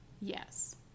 yes